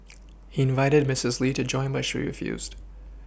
he invited Misses Lee to join but she refused